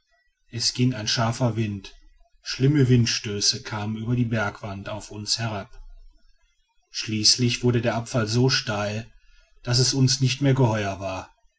es ging ein scharfer wind schlimme windstöße kamen über die bergwand auf uns herab schließlich wurde der abfall so steil daß es uns nicht mehr geheuer war